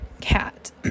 cat